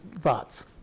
thoughts